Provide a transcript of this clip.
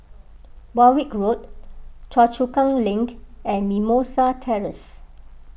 Warwick Road Choa Chu Kang Link and Mimosa Terrace